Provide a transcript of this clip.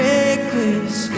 Reckless